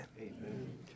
amen